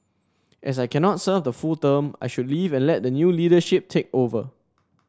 as I cannot serve the full term I should leave and let the new leadership take over